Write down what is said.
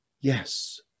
yes